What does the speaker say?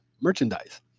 merchandise